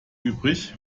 übrig